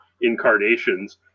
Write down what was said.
incarnations